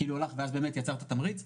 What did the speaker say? כי אז באמת יצרת תמריץ.